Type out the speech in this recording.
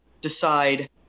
decide